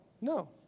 No